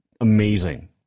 amazing